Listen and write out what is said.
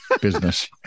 business